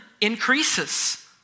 increases